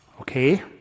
okay